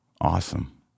Awesome